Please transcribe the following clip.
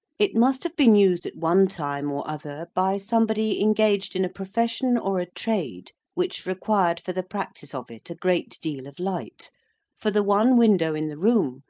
it must have been used at one time or other, by somebody engaged in a profession or a trade which required for the practice of it a great deal of light for the one window in the room,